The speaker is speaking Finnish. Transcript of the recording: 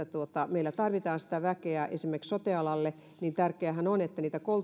meillä tarvitaan väkeä esimerkiksi sote alalle niin tärkeäähän on että niitä